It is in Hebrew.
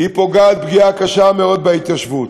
פוגעת פגיעה קשה מאוד בהתיישבות.